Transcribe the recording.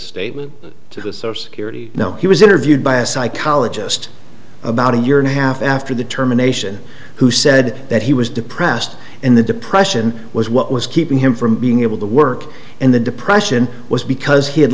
statement to the source curity no he was interviewed by a psychologist about a year and a half after the terminations who said that he was depressed and the depression was what was keeping him from being able to work and the depression was because he had